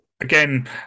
again